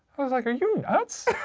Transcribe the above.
i was like, are you nuts?